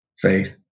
faith